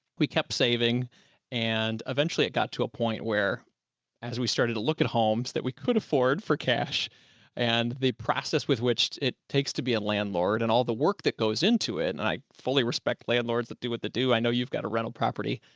we kept saving and eventually it got to a point where as we started to look at homes that we could afford for cash and the process with which it takes to be a landlord and all the work that goes into it, and i fully respect landlords that do what they do. i know you've got a rental property.